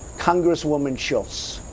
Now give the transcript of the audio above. congresswoman schultz.